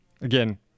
Again